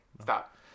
Stop